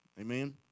Amen